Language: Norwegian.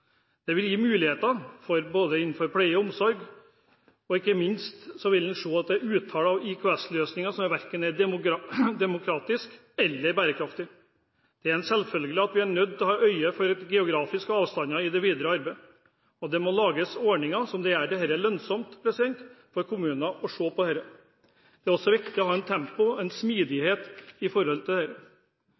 Det vil gi muligheter både innenfor pleie og omsorg, og ikke minst vil en se at et utall av IKS-løsninger verken er demokratisk eller bærekraftig. Det er en selvfølge at vi er nødt til å ha øye for geografiske avstander i det videre arbeidet, og det må lages ordninger som gjør det lønnsomt for kommunene å se på dette. Det er også viktig å ha tempo og smidighet knyttet til dette. Det